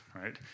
right